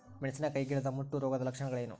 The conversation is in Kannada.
ಮೆಣಸಿನಕಾಯಿ ಗಿಡದ ಮುಟ್ಟು ರೋಗದ ಲಕ್ಷಣಗಳೇನು?